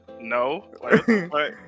No